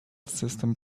system